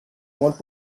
molt